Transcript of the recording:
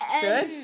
Good